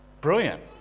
Brilliant